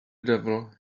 devil